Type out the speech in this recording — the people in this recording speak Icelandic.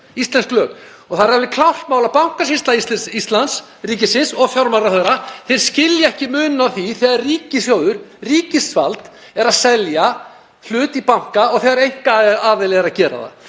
íslensk lög, og það er alveg klárt mál að Bankasýsla ríkisins og fjármálaráðherra skilja ekki muninn á því þegar ríkissjóður, ríkisvald, er að selja hlut í banka og þegar einkaaðili er að gera það.